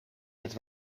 het